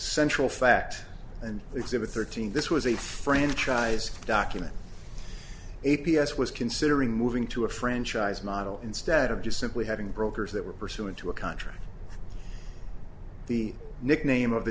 central fact and exhibit thirteen this was a franchise document a p s was considering moving to a franchise model instead of just simply having brokers that were pursuant to a contract the nickname of the